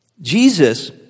Jesus